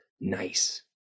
nice